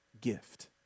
gift